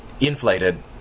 inflated